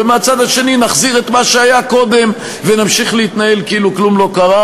ומהצד השני נחזיר את מה שהיה קודם ונמשיך להתנהל כאילו כלום לא קרה.